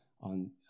on